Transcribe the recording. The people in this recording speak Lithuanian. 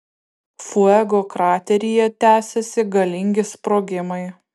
fuego krateryje tęsiasi galingi sprogimai